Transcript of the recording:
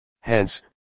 Hence